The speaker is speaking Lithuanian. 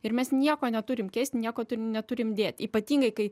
ir mes nieko neturim keist nieko neturim dėt ypatingai kai